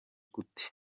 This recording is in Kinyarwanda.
gute